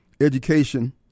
education